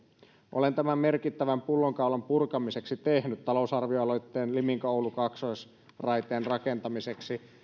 olen tämän merkittävän pullonkaulan purkamiseksi tehnyt talousarvioaloitteen liminka oulu kaksoisraiteen rakentamiseksi ja